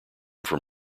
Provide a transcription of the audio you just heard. from